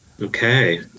Okay